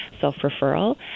Self-referral